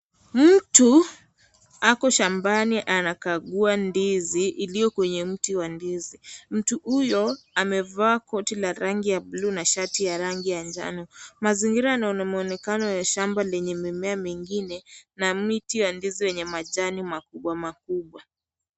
Mtu ako shambani anakagua ndizi ilio kwenye mti wa ndizi. Mtu huyo ameva koti la rangi ya bluu na shati ya rangi ya njano. Mazingira yana mwonekano ya shamba lenye mimea mingine na meiti wa ndizi yenye majani makubwa makubwa.